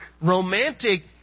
romantic